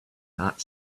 that